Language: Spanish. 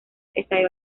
estalló